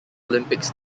olympics